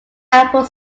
apple